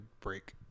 break